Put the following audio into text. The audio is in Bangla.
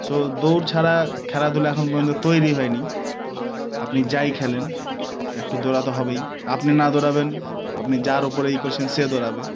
সো দৌড় ছাড়া খেলাধুলা এখন পর্যন্ত তৈরি হয়নি আপনি যাই খেলেন একটু দৌড়াতে হবেই আপনি না দৌড়াবেন আপনি যার উপরে ই করছেন সে দৌড়াবে